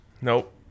Nope